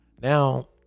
Now